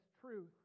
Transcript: truth